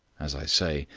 as i say,